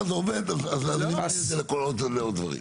ככה זה עובד אז אני מביא את זה לעוד דברים.